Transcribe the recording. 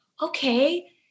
Okay